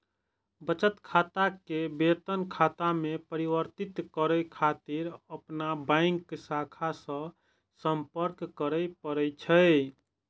बचत खाता कें वेतन खाता मे परिवर्तित करै खातिर अपन बैंक शाखा सं संपर्क करय पड़ै छै